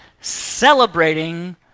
celebrating